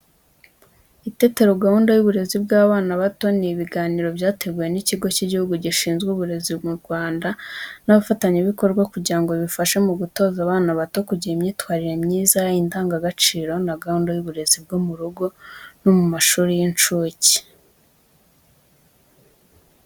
Itetero gahunda y’uburezi bw’abana bato, ni ibiganiro byateguwe n’ikigo cy’igihugu gishinzwe uburezi mu Rwanda n’abafatanyabikorwa kugira ngo bifashe mu gutoza abana bato, kugira imyitwarire myiza, indangagaciro na gahunda y’uburezi bwo mu rugo no mu mashuri y’incuke.